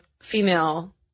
female